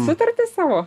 sutartis savo